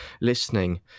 listening